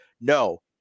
No